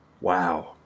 Wow